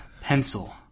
Pencil